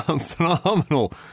Phenomenal